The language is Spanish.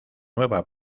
nueva